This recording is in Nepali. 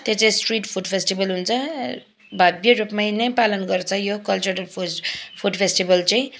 त्यो चाहिँ स्ट्रिट फुड फेस्टिभल हुन्छ भव्य रूपमा नै पालन गर्छ यो कल्चरल फुड फेस्टिभल चाहिँ